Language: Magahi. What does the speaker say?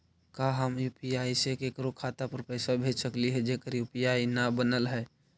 का हम यु.पी.आई से केकरो खाता पर पैसा भेज सकली हे जेकर यु.पी.आई न बनल है?